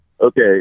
okay